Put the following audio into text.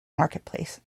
marketplace